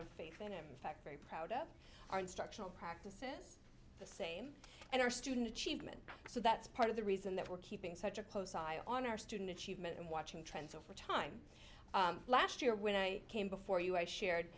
of faith in him fact very proud of our instructional practices the same and our student achievement so that's part of the reason that we're keeping such a close eye on our student achievement and watching trends over time last year when i came before us shared